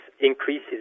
increases